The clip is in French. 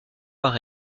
par